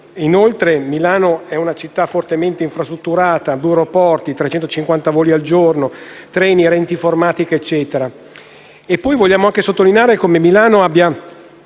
Inoltre, Milano è una città fortemente infrastrutturata, con 2 aeroporti, 350 voli al giorno, treni, reti informatiche, eccetera.